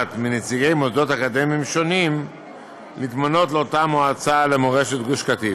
שמונעת מנציגי מוסדות אקדמיים שונים להתמנות למועצה למורשת גוש קטיף.